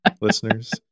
listeners